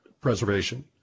preservation